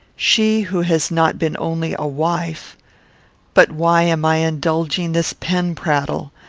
she who has not been only a wife but why am i indulging this pen-prattle?